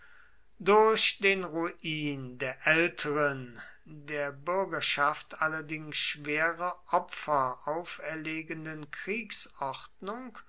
durch den ruin der älteren der bürgerschaft allerdings schwere opfer auferlegenden